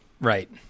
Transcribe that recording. Right